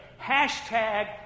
Hashtag